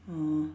ah